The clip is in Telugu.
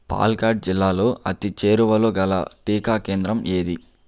పాల్కాడ్ జిల్లాలో అతి చేరువలోగల టీకా కేంద్రం ఏది